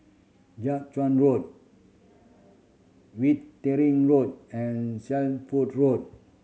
Jiak Chuan Road Wittering Road and Shelford Road